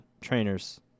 trainers